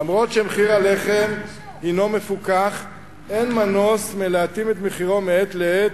אף שמחיר הלחם מפוקח אין מנוס מלהתאים את מחירו מעת לעת,